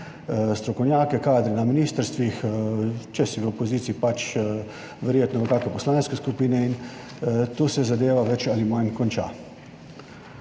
strokovnjake, kadre na ministrstvih, če si v opoziciji, pač verjetno v kakšne poslanske skupine in tu se zadeva več ali manj konča.